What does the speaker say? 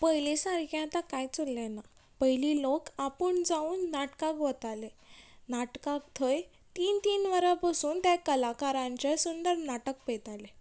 पयलीं सारकें आतां कांयच उरलें ना पयलीं लोक आपूण जावन नाटकां वताले नाटकाक थंय तीन तीन वरां बसून ते कलाकारांचें सुंदर नाटक पळयताले